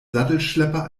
sattelschlepper